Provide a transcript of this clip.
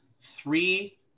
three